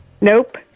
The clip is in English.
Nope